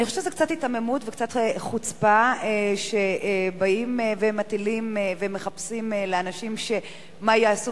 אני חושבת שזה קצת היתממות וקצת חוצפה שבאים ומחפשים לאנשים מה יעשו,